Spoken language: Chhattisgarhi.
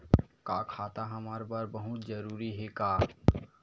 का खाता हमर बर बहुत जरूरी हे का?